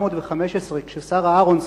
ב-1915, כששרה אהרונסון,